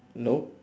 nope